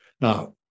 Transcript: now